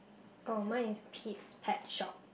oh mine is Pete's pet shop